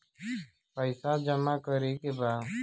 पैसा जमा करे के बा?